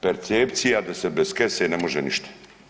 Percepcija da se bez kese ne može ništa.